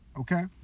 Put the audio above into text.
okay